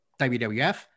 WWF